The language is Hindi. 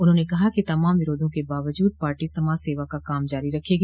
उन्होंने कहा कि तमाम विरोधों के बावजूद पार्टी समाज सेवा का काम जारी रखेगी